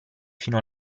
fino